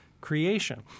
creation